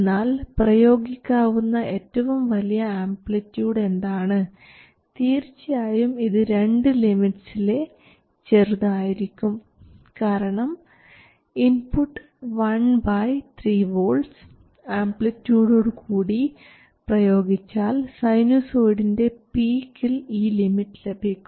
എന്നാൽ പ്രയോഗിക്കാവുന്ന ഏറ്റവും വലിയ ആംപ്ലിട്യൂഡ് എന്താണ് തീർച്ചയായും ഇത് രണ്ടു ലിമിറ്റ്സിലെ ചെറുതായിരിക്കും കാരണം input one by three volts ആംപ്ലിട്യൂഡോടു കൂടി പ്രയോഗിച്ചാൽ സൈനുസോഡിൻറെ പീക്കിൽ ഈ ലിമിറ്റ് ലഭിക്കും